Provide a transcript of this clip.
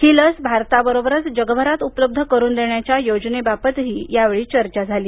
ही लस भारताबरोबरच जगभरात उपलब्ध करून देण्याच्या योजनेबाबतही या वेळी चर्चा झाली